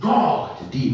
God